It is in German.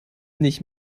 nicht